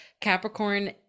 Capricorn